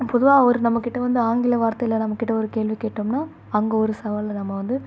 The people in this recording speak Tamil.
பொதுவாக ஒரு நம்மக்கிட்ட வந்து ஆங்கில வார்த்தையில் நம்மக்கிட்ட ஒரு கேள்வி கேட்டோம்னால் அங்கே ஒரு சவாலை நாம் வந்து